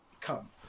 come